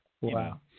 wow